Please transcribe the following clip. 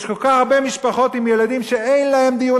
יש כל כך הרבה משפחות עם ילדים שאין להן דיור,